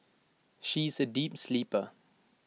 she is A deep sleeper